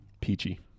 peachy